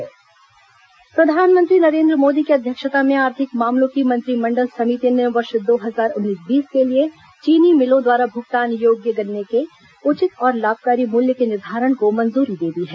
केन्द्रीय मंत्रिमंडल निर्णय प्रधानमंत्री नरेन्द्र मोदी की अध्यक्षता में आर्थिक मामलों की मंत्रिमंडल समिति ने वर्ष दो हजार उन्नीस बीस के लिए चीनी मिलों द्वारा भुगतान योग्य गन्ने के उचित और लाभकारी मूल्य के निर्धारण को मंजूरी दे दी है